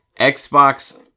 Xbox